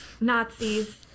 Nazis